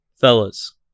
Fellas